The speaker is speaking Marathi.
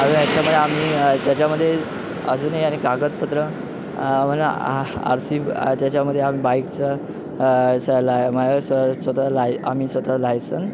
आम्ही त्याच्यामध्ये अजूनही आणि कागदपत्रं म्हणून आर सी त्याच्यामध्ये आम्ही बाईकचं सला स्वतः लाय आम्ही स्वतः लायसन